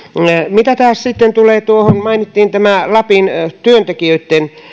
mitä taas sitten tulee tuohon kun mainittiin tämä lapin